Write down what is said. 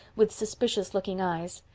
with suspicious-looking eyes.